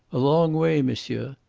a long way, monsieur.